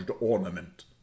ornament